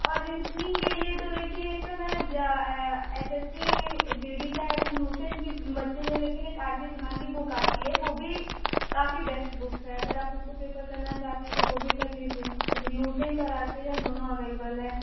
और रिजनिंग के लिए तो देखिए इस समय S S C G D का है तो लुसेंट की बच्चे जो लेकिन एक आर के झा की बुक आती हैं वो भी काफ़ी बेश्ट बुक है अगर आप उसको पेपर करना चाहते हैं तो वो भी कर लीजिए अगर लुसेंट और आर के झा दोनों अवैलेबल है